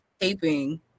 taping